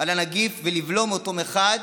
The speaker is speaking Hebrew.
על הנגיף ולבלום אותו מחד